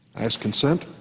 i ask consent.